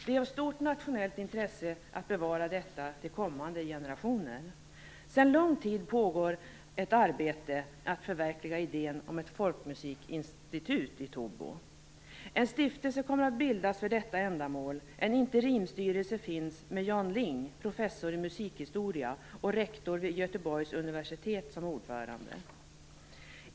Det är av stort nationellt intresse att bevara detta till kommande generationer. Sedan lång tid pågår ett arbete med att förverkliga idén om ett folkmusikinstitut i Tobo. En stiftelse kommer att bildas för detta ändamål. En interimsstyrelse finns med Jan Ling, professor i musikhistoria och rektor vid Göteborgs universitet, som ordförande.